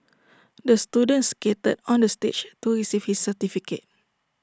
the student skated onto the stage to receive his certificate